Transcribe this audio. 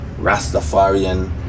Rastafarian